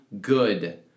good